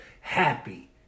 happy